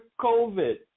COVID